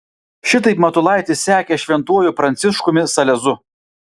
šitaip matulaitis sekė šventuoju pranciškumi salezu